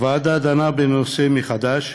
הוועדה דנה בנושא מחדש,